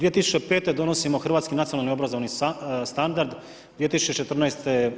2005. donosimo Hrvatski nacionalni obrazovni standard, 2014.